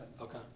okay